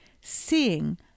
seeing